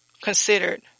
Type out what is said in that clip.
considered